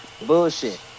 bullshit